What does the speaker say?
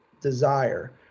desire